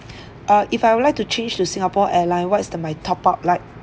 uh if I would like to change to singapore airline what is the my top up like